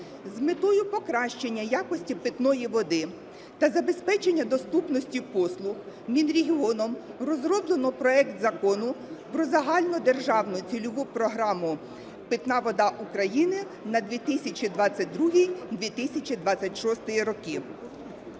З метою покращення якості питної води та забезпечення доступності послуг Мінрегіоном розроблено проект Закону про Загальнодержавну цільову програму "Питна вода України" на 2022 – 2026 роки.